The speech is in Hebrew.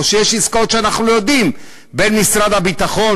או שיש עסקאות שאנחנו לא יודעים בין משרד הביטחון,